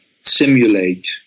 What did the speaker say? simulate